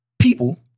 People